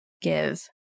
give